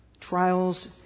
trials